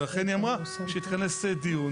ולכן היא אמרה שהיא תכנס דיון,